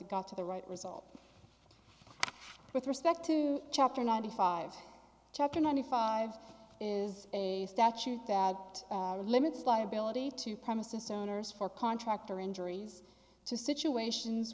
it got to the right result with respect to chapter ninety five chapter ninety five is a statute that limits liability to premises owners for contractor injuries to situations